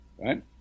Right